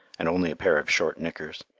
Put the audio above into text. and only a pair of short knickers.